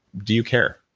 do you care?